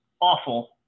awful